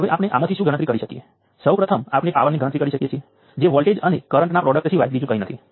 તેથી આમાંથી આપણે બધું જાણીએ છીએ અને આ ત્રણ એલિમેન્ટ્સ પેરેલલ છે